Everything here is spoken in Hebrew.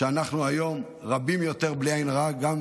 שאנחנו היום רבים יותר, בלי עין רעה, גם